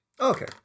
Okay